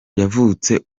yavutse